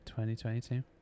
2022